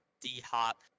D-Hop